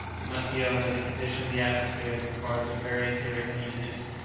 it must be owned that the condition of the atmosphere caused him very serious uneasiness.